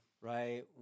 Right